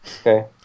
Okay